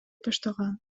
баштаган